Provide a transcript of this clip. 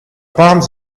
palms